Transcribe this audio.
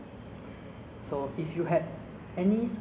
you know you don't have to walk [what] just have to fly don't have to